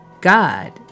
God